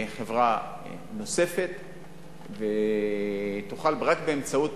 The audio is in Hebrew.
חברה נוספת תוכל, רק באמצעות